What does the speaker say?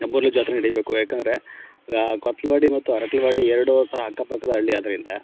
ನಮ್ಮಲ್ಲಿಯೂ ಜಾತ್ರೆ ನಡಿಬೇಕು ಯಾಕೆಂದ್ರೆ ಕೊತ್ಲವಾಡಿ ಮತ್ತು ಅರಕಲ್ವಾಡಿ ಎರಡೂ ಸಹ ಅಕ್ಕಪಕ್ಕದ ಹಳ್ಳಿ ಆದ್ದರಿಂದ